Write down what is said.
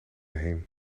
heen